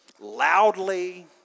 loudly